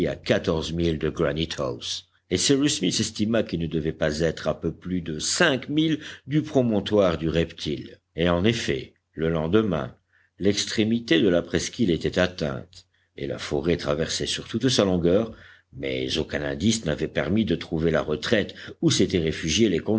et cyrus smith estima qu'il ne devait pas être à plus de cinq milles du promontoire du reptile et en effet le lendemain l'extrémité de la presqu'île était atteinte et la forêt traversée sur toute sa longueur mais aucun indice n'avait permis de trouver la retraite où s'étaient réfugiés